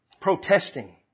Protesting